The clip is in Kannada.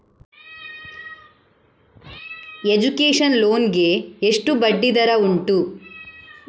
ಎಜುಕೇಶನ್ ಲೋನ್ ಗೆ ಎಷ್ಟು ಬಡ್ಡಿ ದರ ಉಂಟು?